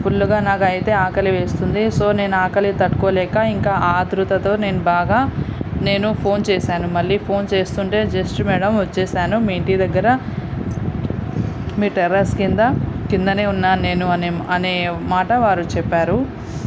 ఫుల్లుగా నాకయితే ఆకలి వేస్తుంది సో నేను ఆకలి తట్టుకోలేక ఇంకా ఆత్రుతతో నేను బాగా నేను ఫోన్ చేసాను మళ్ళీ ఫోన్ చేస్తుంటే జస్ట్ మ్యాడమ్ వచ్చేసాను మీ ఇంటి దగ్గర మీ టెర్రస్ కింద కిందనే ఉన్నా నేను అనే మా అనే మాట వారు చెప్పారు